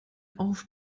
auf